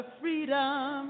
freedom